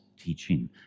teaching